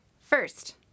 First